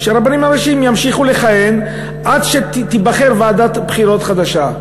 שהרבנים הראשיים ימשיכו לכהן עד שתיבחר ועדת בחירות חדשה.